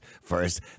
first